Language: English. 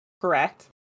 correct